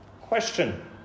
Question